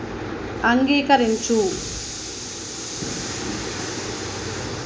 అంగీకరించు